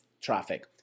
traffic